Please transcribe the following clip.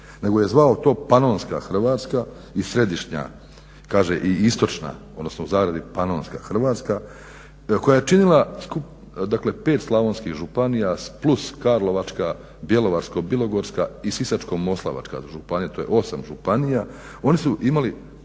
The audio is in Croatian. nego je zvao to Panonska Hrvatska i Istočna odnosno u zagradi Panonska Hrvatska koja je činila dakle pet slavonskih županija plus Karlovačka, Bjelovarsko-bilogorska i Sisačko-moslavačka županija. To je osam županija, oni su imali